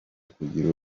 kugira